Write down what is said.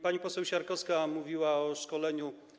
Pani poseł Siarkowska mówiła o szkoleniu.